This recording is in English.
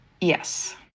Yes